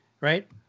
Right